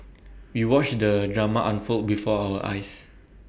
we watched the drama unfold before our eyes